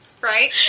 Right